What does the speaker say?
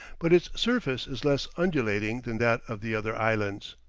but its surface is less undulating than that of the other islands.